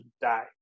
die